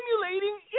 Simulating